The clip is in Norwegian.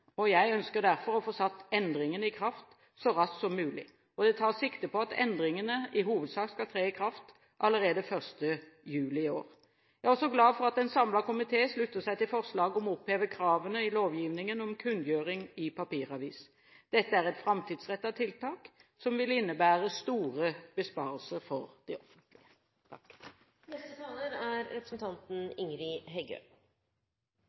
Jeg ønsker derfor at endringene trer i kraft så raskt som mulig. Jeg tar sikte på at endringene i hovedsak skal tre i kraft allerede 1. juli i år. Jeg er glad for at en samlet komité slutter seg til forslaget om å oppheve kravene i lovgivningen om kunngjøring i papiravis. Dette er et framtidsrettet tiltak som vil innebære store besparelser for det offentlige. Forenkling er eit veldig viktig verktøy for å betra konkurranseevna til bedriftene. Det er